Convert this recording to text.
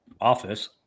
office